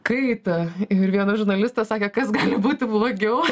kaitą ir vienas žurnalistas sakė kas gali būti blogiau